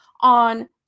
on